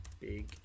big